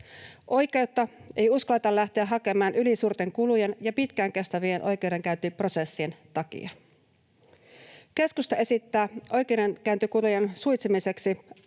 Oikeutta ei uskalleta lähteä hakemaan ylisuurten kulujen ja pitkään kestävien oikeudenkäyntiprosessien takia. Keskusta esittää oikeudenkäyntikulujen suitsimiseksi